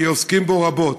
כי עוסקים בו רבות: